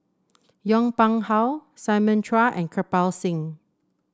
Yong Pung How Simon Chua and Kirpal Singh